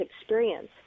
experience